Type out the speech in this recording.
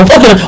Okay